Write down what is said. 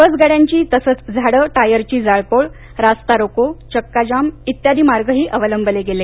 बसगाड्यांची तसच झाडे टायरची जाळपोळ रास्ता रोको चक्का जाम इत्यादी मार्गही अवलंबले गेले